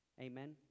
Amen